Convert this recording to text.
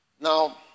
Now